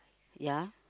ya